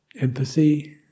empathy